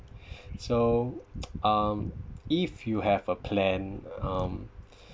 so um if you have a plan um